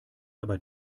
aber